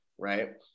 Right